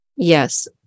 Yes